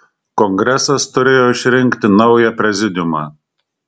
kongresas turėjo išrinkti naują prezidiumą